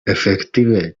efektive